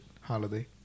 holiday